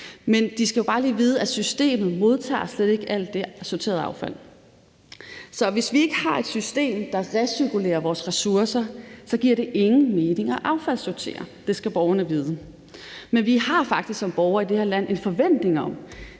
men folk skal jo bare lige vide, at systemet slet ikke modtager alt det sorterede affald. Så hvis vi ikke har et system, der recirkulerer vores ressourcer, så giver det ingen mening at affaldssortere. Det skal borgerne vide. Men vi har faktisk som borgere i det her land forventninger om,